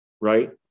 right